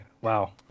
Wow